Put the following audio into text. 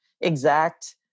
exact